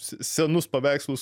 se senus paveikslus